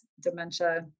dementia